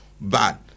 bad